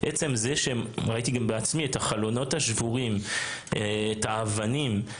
עצם זה ש -- ראיתי בעצמי את החלונות השבורים ואת האבנים.